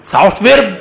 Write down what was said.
Software